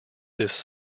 this